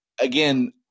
again